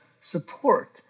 support